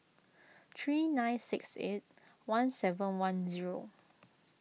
three nine six eight one seven one zero